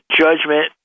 judgment